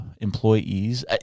employees